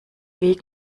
weg